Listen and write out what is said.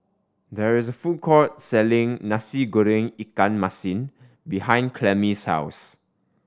there is a food court selling Nasi Goreng ikan masin behind Clemmie's house